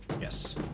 Yes